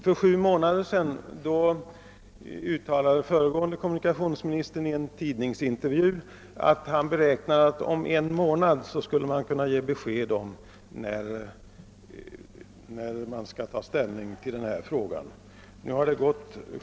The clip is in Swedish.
För sju månader sedan uttalade föregående kommunikationsministern i en tidningsintervju, att han räknade med att om en månad kunna lämna besked om när ställning kunde tas till detta spörsmål.